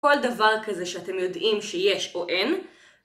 כל דבר כזה שאתם יודעים שיש או אין